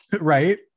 right